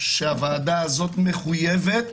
שהוועדה הזו מחויבת